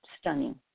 stunning